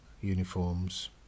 uniforms